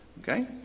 Okay